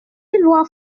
loi